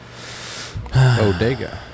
Odega